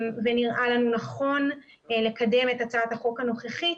ונראה לנו נכון לקדם את הצעת החוק הנוכחית